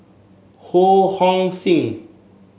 Ho Hong Sing